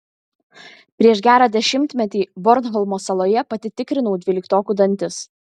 prieš gerą dešimtmetį bornholmo saloje pati tikrinau dvyliktokų dantis